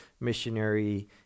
missionary